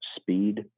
speed